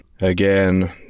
again